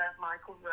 Michael